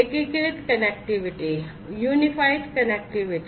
एकीकृत कनेक्टिविटी